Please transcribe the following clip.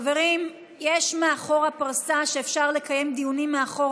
חברים, יש מאחור פרסה ואפשר לקיים דיונים מאחור.